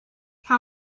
how